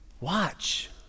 Watch